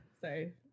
Sorry